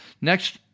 Next